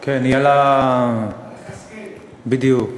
כן, היא על, בדיוק.